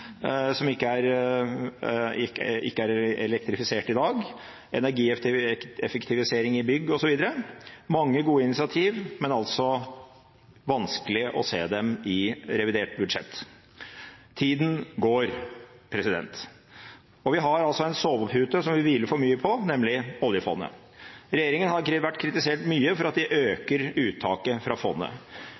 som ikke er elektrifisert i dag, energieffektivisering i bygg osv. Det er mange gode initiativer, men altså vanskelig å se dem i revidert budsjett. Tida går, og vi har en sovepute som vi hviler for mye på, nemlig oljefondet. Regjeringen har blitt mye kritisert for at de øker uttaket fra fondet.